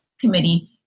committee